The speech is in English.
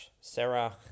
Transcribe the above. Sarah